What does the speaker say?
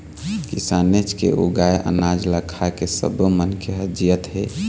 किसानेच के उगाए अनाज ल खाके सब्बो मनखे ह जियत हे